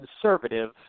conservative